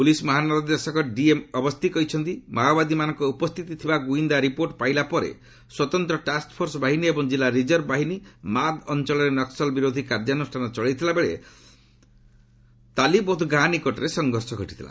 police ମହାନିର୍ଦ୍ଦେଶକ DM Awasthi କହିଛନ୍ତି ମାଓବାଦୀମାନଙ୍କ ଉପସ୍ଥିତି ଥିବା ଗୁଇନ୍ଦା ରିପୋର୍ଟ ପାଇଲା ପରେ ସ୍ୱତନ୍ତ୍ର ଟାସ୍କ୍ ଫୋର୍ସ ବାହିନୀ ଏବଂ ଜିଲ୍ଲା ରିଜର୍ଭ ବାହିନୀ ମାଦ୍ ଅଞ୍ଚଳରେ ନକ୍କଲ ବିରୋଧୀ କାର୍ଯ୍ୟାନୁଷ୍ଠାନ ଚଳାଇଥିଲା ବେଳେ ତାଲିବୋଧ ଗାଁ ନିକଟରେ ସଂଘର୍ଷ ଘଟିଥିଲା